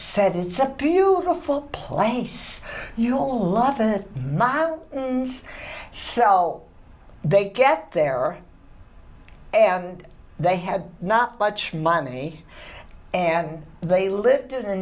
said it's a beautiful place you'll love the mile or so they get there and they had not much money and they lived in a